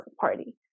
party